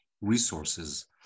resources